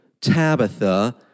Tabitha